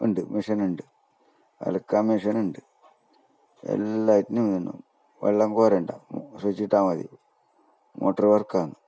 ഉണ്ട് മെഷീൻ ഉണ്ട് അലക്കാൻ മെഷീൻ ഉണ്ട് എല്ലാറ്റിനും ഇതുണ്ട് വെള്ളം കോരണ്ട സ്വിച്ചിട്ടാൽ മതി മോട്ടർ വർക്കാണ്